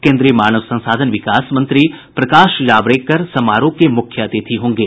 केन्द्रीय मानव संसाधन विकास मंत्री प्रकाश जावड़ेकर समारोह के मुख्य अतिथि होंगे